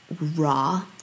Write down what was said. raw